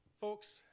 Folks